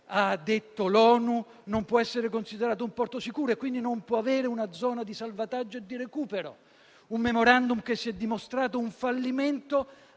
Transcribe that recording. ha detto l'ONU, non può essere considerato un porto sicuro e quindi non può avere una zona di salvataggio e di recupero. Il *memorandum* si è dimostrato un fallimento